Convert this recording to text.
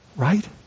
Right